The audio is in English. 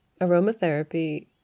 aromatherapy